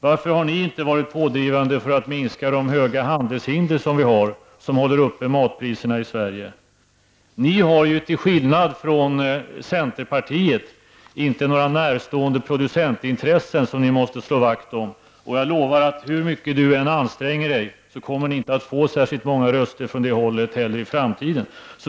Varför har ni inte varit pådrivande när det gäller att minska de höga handelshinder som vi har och som bidrar till att matpriserna i Sverige hålls uppe? Ni har ju, till skillnad från centerpartiet, inte några närstående producentintressen som ni måste slå vakt om. Jag lovar att hur mycket Lars Bäckström än anstränger sig kommer vänsterpartiet inte att få särskilt många röster från det hållet heller i framtiden.